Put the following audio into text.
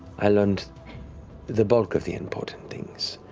i learned the bulk of the important things.